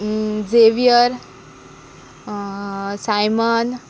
Xavier Simon